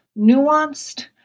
nuanced